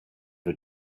for